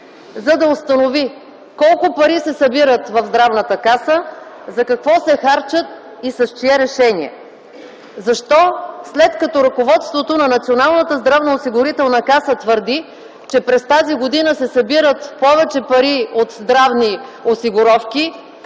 за да установи колко пари се събират в Здравната каса, за какво се харчат и с чие решение. Защо след като ръководството на Националната здравноосигурителна каса твърди, че през тази година се събират повече пари от здравни осигуровки,